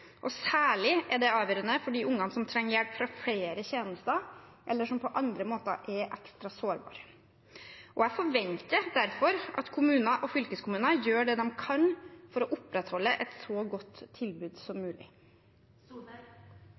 og særlig er det avgjørende for de ungene som trenger hjelp fra flere tjenester, eller som på andre måter er ekstra sårbare. Jeg forventer derfor at kommuner og fylkeskommuner gjør det de kan for å opprettholde et så godt tilbud som mulig.